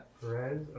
Perez